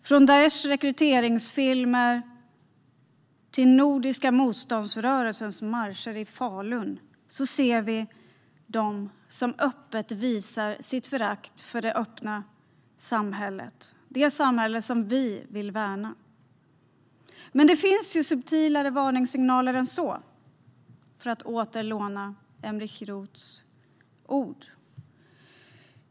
Från Daishs rekryteringsfilmer till Nordiska motståndsrörelsens marscher i Falun ser vi dem som öppet visar sitt förakt för det öppna samhället - det samhälle vi vill värna. Det finns dock subtilare varningssignaler än så, för att åter låna Emerich Roths ord.